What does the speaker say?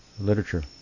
literature